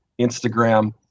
Instagram